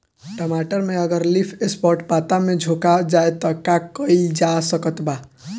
टमाटर में अगर लीफ स्पॉट पता में झोंका हो जाएँ त का कइल जा सकत बा?